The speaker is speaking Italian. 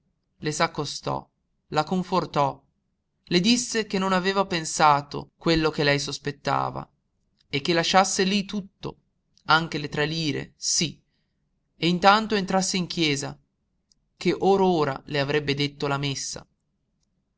offesa le s'accostò la confortò le disse che non aveva pensato quello che lei sospettava e che lasciasse lí tutto anche le tre lire sí e intanto entrasse in chiesa che or ora le avrebbe detto la messa